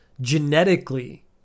genetically